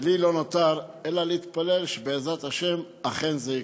ולי לא נותר אלא להתפלל שבעזרת השם אכן זה יקרה.